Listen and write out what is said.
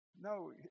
No